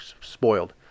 spoiled